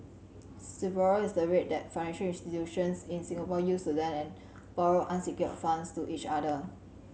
Sibor is the rate that financial institutions in Singapore use to lend and borrow unsecured funds to each other